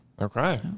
okay